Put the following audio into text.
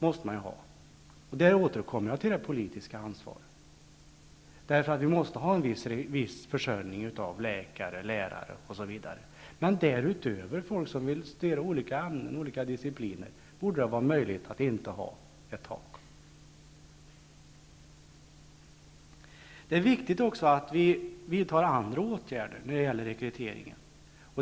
Jag återkommer därmed till det politiska ansvaret. Vi måste nämligen ha en viss försörjning av läkare, lärare, osv. Men därutöver borde det vara möjligt att inte ha något tak för antagning av personer som vill studera olika ämnen, olika discipliner. Det är viktigt att vi vidtar också andra åtgärder när det gäller rekryteringen.